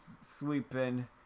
sweeping